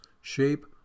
shape